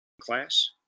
class